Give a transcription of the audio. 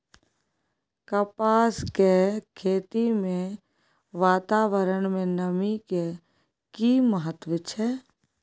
कपास के खेती मे वातावरण में नमी के की महत्व छै?